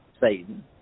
Satan